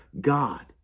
God